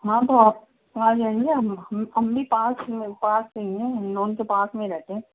हाँ तो आप कहाँ जाएंगे हम लोग हम भी पास में पास के ही है हिंडोन के पास में ही रहते है